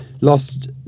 lost